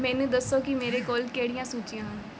ਮੈਨੂੰ ਦੱਸੋ ਕਿ ਮੇਰੇ ਕੋਲ ਕਿਹੜੀਆਂ ਸੂਚੀਆਂ ਹਨ